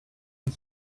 his